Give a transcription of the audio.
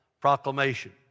proclamation